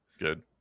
Good